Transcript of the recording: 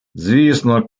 звісно